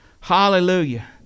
Hallelujah